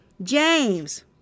James